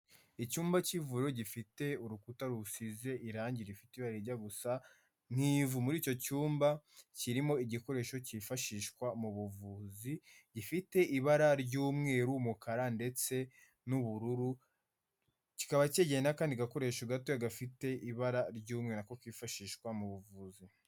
Icyumba cy'ivuriro gifite urukuta rusize irangi rifite ibarajya gusa nk'ivu, muri icyo cyumba kirimo igikoresho cyifashishwa mu buvuzi, gifite ibara ry'umweru, umukara ndetse n'ubururu, kikaba cyegeranye n'akandi gakoresho gato gafite ibara ry'umweru kifashishwa mu buvuzi.